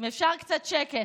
קצת שקט.